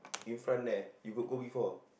in front there you got go before